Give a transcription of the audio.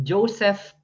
Joseph